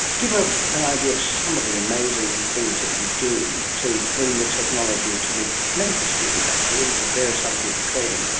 give ah an idea of some of the amazing things that you do to bring the technology to the medical students actually and to various other people training?